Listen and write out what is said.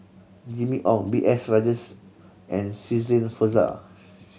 Jimmy Ong B S Rajhans and Shirin Fozdar